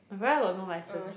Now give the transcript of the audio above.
my brother got no license